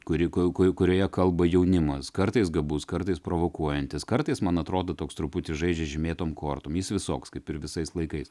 kuri ku kuri kurioje kalba jaunimas kartais gabus kartais provokuojantis kartais man atrodo toks truputį žaidžia žymėtom kortom jis visoks kaip ir visais laikais